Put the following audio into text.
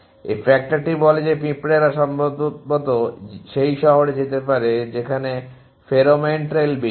এই ফ্যাক্টরটি বলে যে পিঁপড়েরা সম্ভবত সেই শহরে যেতে পারে যেখানে ফেরোমন ট্রেইল বেশি